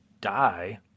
die